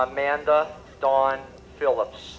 amanda dawn phillips